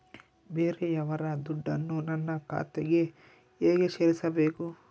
ಬೇರೆಯವರ ದುಡ್ಡನ್ನು ನನ್ನ ಖಾತೆಗೆ ಹೇಗೆ ಸೇರಿಸಬೇಕು?